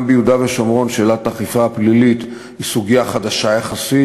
גם ביהודה ושומרון שאלת האכיפה הפלילית היא סוגיה חדשה יחסית,